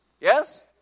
Yes